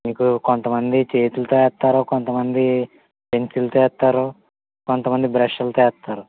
మీకు కొంతమంది చేతులతో వేస్తారు కొంతమంది పెన్సిల్తో వేస్తారు కొంతమంది బ్రష్లుతో వేస్తారు